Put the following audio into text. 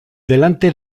delante